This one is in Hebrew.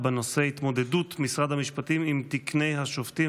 ט"ז בתמוז התשפ"ג (5 ביולי 2023) ירושלים,